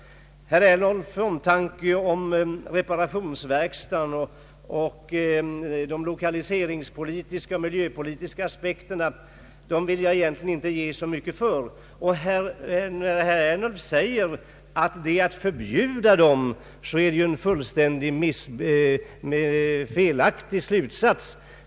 Herr Ernulfs omtanke om reparationsverkstaden ur de lokaliseringspolitiska och miljöpolitiska aspekterna vill jag inte ge mycket för. När herr Ernulf säger att det är fråga om ett förbud, så är det en fullständigt felaktig slutsats.